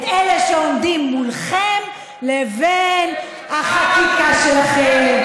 את אלה שעומדים ביניכם לבין החקיקה שלכם,